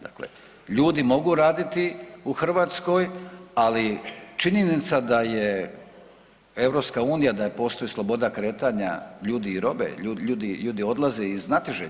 Dakle, ljudi mogu raditi u Hrvatskoj ali činjenica da je EU da postoji sloboda kretanja ljudi i robe, ljudi odlaze iz znatiželje.